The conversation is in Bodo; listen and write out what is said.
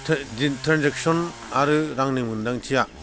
दिनै ट्रान्जेकसन आरो रांनि मोन्दांथिया